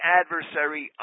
adversary